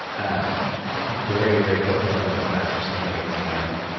um very, very focused on this master sommelier exam.